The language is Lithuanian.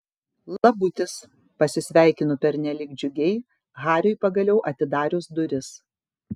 labutis pasisveikinu pernelyg džiugiai hariui pagaliau atidarius duris